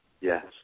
Yes